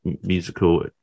musical